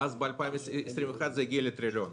אז ב-2021 זה יגיע לטריליון.